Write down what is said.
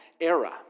era